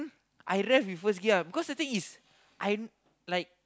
I rev with first gear lah cause the thing is I like